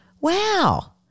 Wow